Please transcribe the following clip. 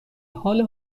حال